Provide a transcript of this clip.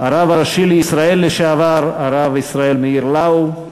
הרב הראשי לישראל לשעבר, הרב ישראל מאיר לאו,